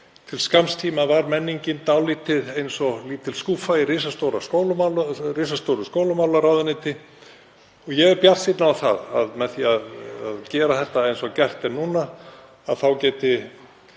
Til skamms tíma var menningin dálítið eins og lítil skúffa í risastóru skólamálaráðuneyti. Ég er bjartsýnn á að með því að gera þetta eins og gert er núna þá geti